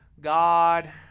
God